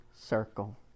circle